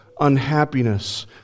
unhappiness